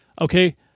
okay